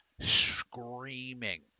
screaming